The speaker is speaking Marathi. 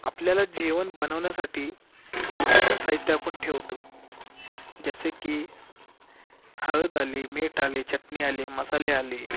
आपल्याला जेवण बनवण्यासाठी संपूर्ण साहित्य आपण ठेवतो जसे की हळद आली मीठ आले चटणी आले मसाले आले